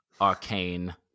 arcane